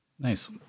nice